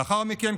לאחר מכן,